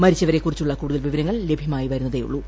മരിച്ചവരെക്കുറിച്ചുള്ള കൂടുതൽ വിവരങ്ങൾ ലഭ്യമായിവരുന്നതേയുള്ളൂ